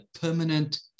permanent